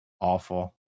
awful